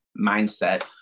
mindset